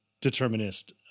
determinist